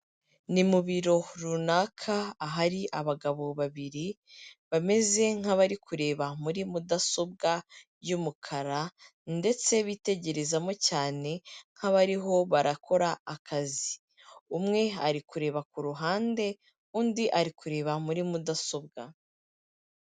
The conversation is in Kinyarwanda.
Ni mu biro runaka, ahari abagabo babiri bameze nk'abari kureba muri mudasobwa y'umukara ndetse bitegerezamo cyane nk'abariho barakora akazi, umwe ari kureba ku ruhande undi ari kureba muri mudasobwa.